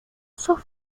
sus